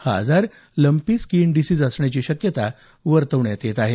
हा आजार skin disease असण्याची शक्यता वर्तवण्यात येत आहे